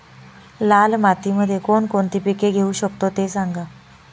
लाल मातीमध्ये कोणकोणती पिके घेऊ शकतो, ते सांगा